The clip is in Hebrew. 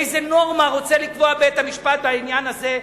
איזו נורמה רוצה לקבוע בית-המשפט בעניין הזה?